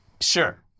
Sure